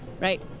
right